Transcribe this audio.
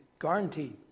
Guaranteed